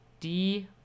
Die